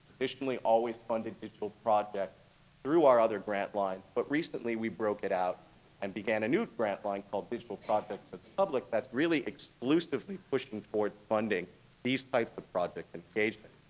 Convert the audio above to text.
traditionally always funded digital projects through our other grant line. but recently we broke it out and began a new grant line called digital projects but public that really exclusively pushing toward funding these types of projects and engagements.